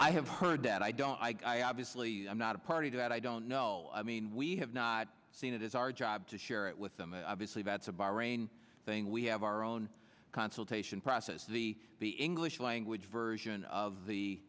i have heard that i don't like i obviously i'm not a party to that i don't know i mean we have not seen it is our job to share it with them and obviously that's bahrain thing we have our own consultation process the the english language version of the